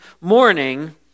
morning